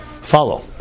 follow